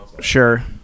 Sure